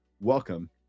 welcome